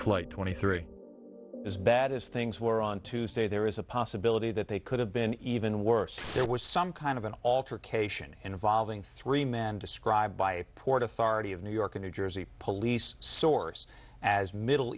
flight twenty three as bad as things were on tuesday there is a possibility that they could have been even worse there was some kind of an altercation involving three men described by a port authority of new york a new jersey police source as middle